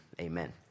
amen